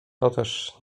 toteż